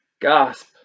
gasp